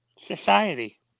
Society